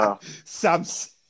Sam's